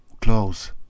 close